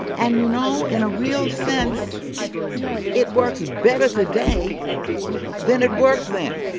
and you know, in a real sense it works better today than it worked then